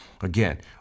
Again